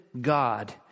God